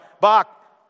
Bach